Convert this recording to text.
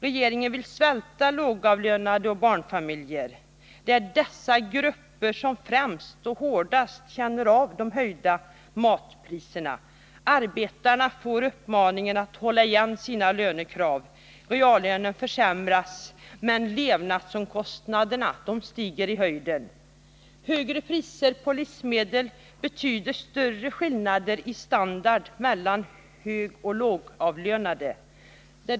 Regeringen vill svälta lågavlönade och barnfamiljer. Det är dessa grupper som främst och hårdast känner av de höjda matpriserna. Arbetarna får uppmaningen att hålla igen sina lönekrav. Reallönen försämras, men levnadsomkostnaderna stiger i höjden. Högre priser på livsmedel betyder större skillnader i standard mellan högoch lågavlönade.